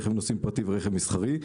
רכב נוסעים פרטי ורכב מסחרי,